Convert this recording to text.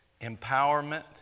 empowerment